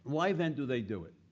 why then do they do it?